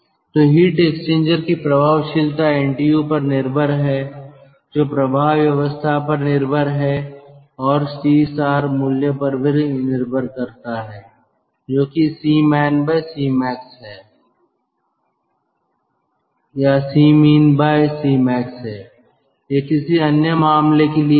तो heat exchanger की प्रभावशीलता एनटीयू पर निर्भर है जो प्रवाह व्यवस्था पर निर्भर है और सी स्टार मूल्य पर भी निर्भर करता है जो कि Cmin Cmax है यह किसी अन्य मामले के लिए है